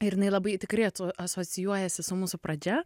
ir jinai labai tikrai asocijuojasi su mūsų pradžia